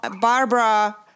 Barbara